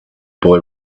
boy